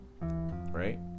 right